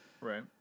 Right